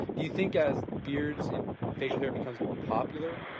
do you think as beards and facial hair becomes more popular,